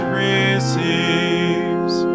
receives